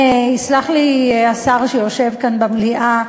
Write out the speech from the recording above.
יסלח לי השר שיושב כאן במליאה,